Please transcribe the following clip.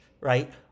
right